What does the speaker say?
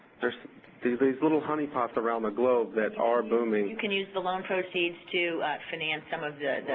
there's these little honey pots around the globe that are booming. you can use the loan proceeds to finance some of the